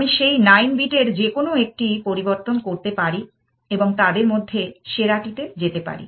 আমি সেই 9 বিটের যেকোনো একটি পরিবর্তন করতে পারি এবং তাদের মধ্যে সেরাটিতে যেতে পারি